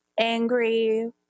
angry